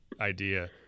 idea